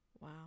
Wow